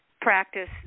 practice